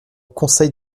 conseil